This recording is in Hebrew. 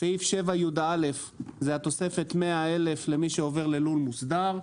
סעיף 7(יא) זה התוספת 100,000 למי שעובר ללול מוסדר,